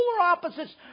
opposites